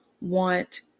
want